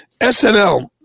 SNL